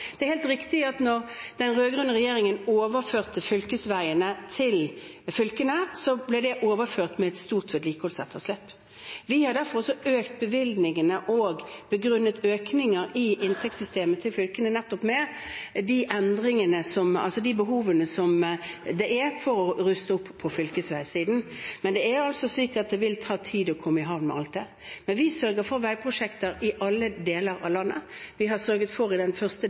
Det er helt riktig at da den rød-grønne regjeringen overførte fylkesveiene til fylkene, ble de overført med et stort vedlikeholdsetterslep. Vi har derfor også økt bevilgningene og begrunnet økninger i inntektssystemet til fylkene nettopp med det behovet som er for å ruste opp fylkesveiene. Men det vil ta tid å komme i havn med alt det. Men vi sørger for veiprosjekter i alle deler av landet. I den første delen av denne regjeringens periode har vi sørget for å ha høyt trykk i